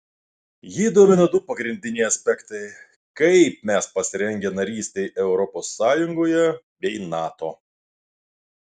jį domino du pagrindiniai aspektai kaip mes pasirengę narystei europos sąjungoje bei nato